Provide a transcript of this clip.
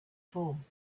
fall